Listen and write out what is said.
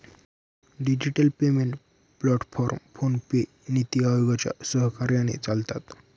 digital payment platform PhonePe, NITI आयोगाच्या सहकार्याने चालतात